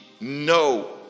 No